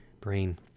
brain